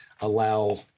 allow